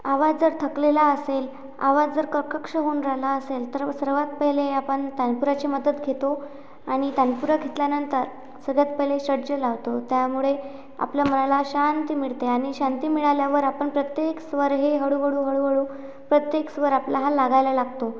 आवाज जर थकलेला असेल आवाज जर कर्कश होऊन राहिला असेल तर सर्वात पहिले आपण तानपुराची मदत घेतो आणि तानपुरा घेतल्यानंतर सगळ्यात पहिले षड्ज लावतो त्यामुळे आपल्या मनाला शांती मिळते आणि शांती मिळाल्यावर आपण प्रत्येक स्वर हे हळूहळू हळूहळू प्रत्येक स्वर आपला हा लागायला लागतो